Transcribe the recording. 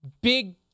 big